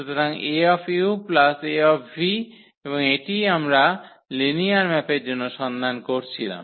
সুতরাং 𝐴u 𝐴v এবং এটিই আমরা লিনিয়ার ম্যাপের জন্য সন্ধান করছিলাম